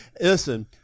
Listen